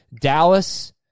Dallas